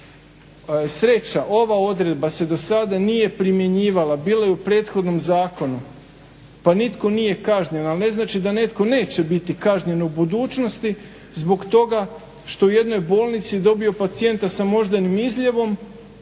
Sreća, ova odredba se do sad nije primjenjivala, bila je u prethodnom zakonu pa nitko nije kažnjen, al ne znači da netko neće biti kažnjen u budućnosti zbog toga što u jednoj bolnici dobiju pacijenta s moždanim izljevom,